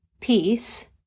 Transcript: peace